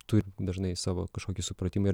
turi dažnai savo kažkokį supratimą ir